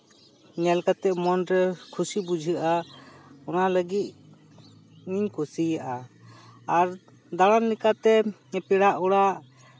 ᱧᱮᱞ ᱠᱟᱛᱮ ᱢᱚᱱ ᱨᱮ ᱠᱷᱩᱥᱤ ᱵᱩᱡᱷᱟᱹᱜᱼᱟ ᱚᱱᱟ ᱞᱟᱹᱜᱤᱫ ᱤᱧ ᱠᱩᱥᱤᱭᱟᱜᱼᱟ ᱟᱨ ᱫᱟᱬᱟᱱ ᱞᱮᱠᱟᱛᱮ ᱯᱮᱲᱟ ᱚᱲᱟᱜ